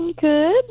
Good